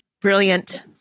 Brilliant